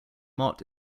mott